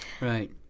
Right